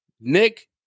Nick